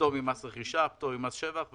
פטור ממס רכישה, פטור ממס שבח.